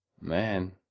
Man